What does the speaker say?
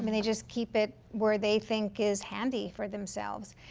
i mean they just keep it where they think is handy for themselves.